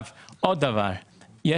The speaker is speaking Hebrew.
יש